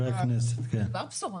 להחריג.